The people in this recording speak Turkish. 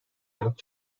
yanıt